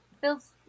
feels